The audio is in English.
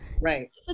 right